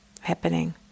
happening